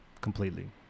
completely